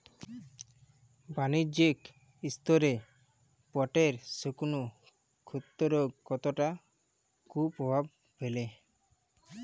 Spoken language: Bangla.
বাণিজ্যিক স্তরে পাটের শুকনো ক্ষতরোগ কতটা কুপ্রভাব ফেলে?